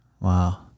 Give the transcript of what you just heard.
Wow